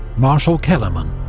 marshal kellermann